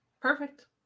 Perfect